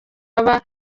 baba